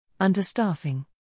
Understaffing